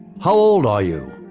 how old are you,